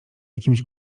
jakimś